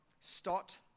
stott